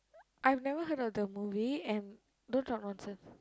I've never heard of the movie and don't talk nonsense